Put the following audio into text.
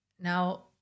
now